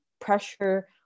pressure